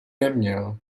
neměl